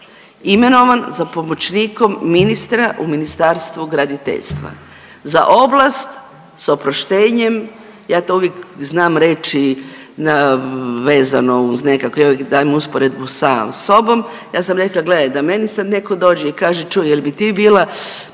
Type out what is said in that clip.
imenovan za pomoćnikom ministra u Ministarstvu graditeljstva za oblast, s oproštenjem, ja to uvijek znam reći na vezano uz nekakve, uvijek dajem usporedbu sam sobom, ja sam rekla gledaj, da meni sad netko dođe i kaže čuj, je l' bi ti bila